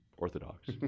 Orthodox